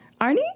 Arnie